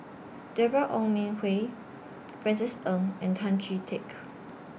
Deborah Ong Min Hui Francis Ng and Tan Chee Teck